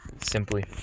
Simply